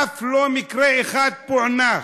אף לא מקרה אחד פוענח.